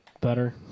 better